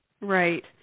Right